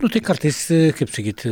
nu tai kartais kaip sakyti